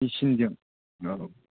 मिसिनजों औ